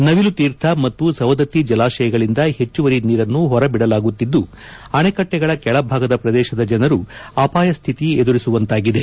ನವಿಲು ತೀರ್ಥ ಮತ್ತು ಸವದತ್ತಿ ಜಲಾಶಯಗಳಿಂದ ಪೆಚ್ಚುವರಿ ನೀರನ್ನು ಹೊರಬಿಡಲಾಗುತ್ತಿದ್ದು ಆಣೆಕಟ್ಟಿಗಳ ಕೆಳಭಾಗದ ಪ್ರದೇಶದ ಜನರು ಅಪಾಯ ಸ್ವಿತಿ ಎದುರಿಸುವಂತಾಗಿದೆ